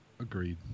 Agreed